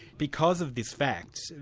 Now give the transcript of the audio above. because of this fact,